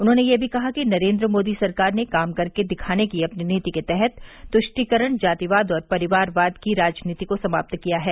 उन्होंने यह भी कहा कि नरेन्द्र मोदी सरकार ने काम करके दिखाने की अपनी नीति के तहत तुष्टीकरण जातिवाद और परिवारवाद की राजनीति को समाप्त किया है